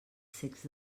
cecs